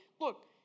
look